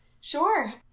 Sure